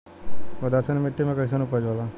उदासीन मिट्टी में कईसन उपज होला?